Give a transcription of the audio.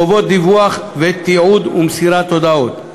חובות דיווח ותיעוד ומסירת הודעות.